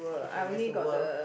okay there's a world